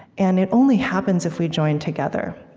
and it only happens if we join together.